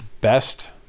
best